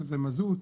שזה מזוט,